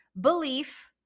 belief